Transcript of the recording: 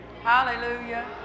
Hallelujah